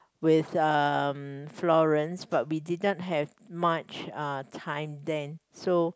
with uh Florence but we didn't have much time then